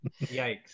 Yikes